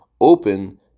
open